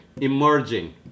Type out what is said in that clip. Emerging